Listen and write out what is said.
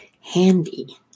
handy